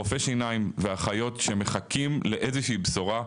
רופאי שיניים ואחיות שהם מחכים לאיזושהי בשורה,